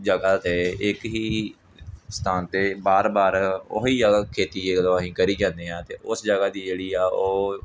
ਜਗ੍ਹਾ 'ਤੇ ਇੱਕ ਹੀ ਸਥਾਨ 'ਤੇ ਵਾਰ ਵਾਰ ਉਹੀ ਖੇਤੀ ਜਦੋਂ ਅਸੀਂ ਕਰੀ ਜਾਂਦੇ ਹਾਂ ਤਾਂ ਉਸ ਜਗ੍ਹਾ ਦੀ ਜਿਹੜੀ ਆ ਉਹ